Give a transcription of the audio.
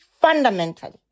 fundamentally